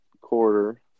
quarter